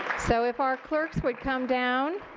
so if our clerks would come down